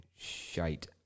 Shite